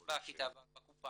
בקופה